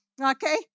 Okay